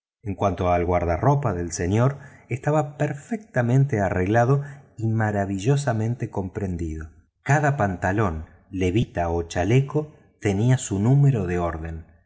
en cuanto al guardarropa del señor estaba perfectamente arreglado y maravillosamente comprendido cada pantalón levita o chaleco tenía su número de orden